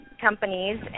companies